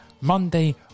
monday